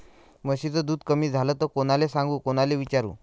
म्हशीचं दूध कमी झालं त कोनाले सांगू कोनाले विचारू?